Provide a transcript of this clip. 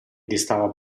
distava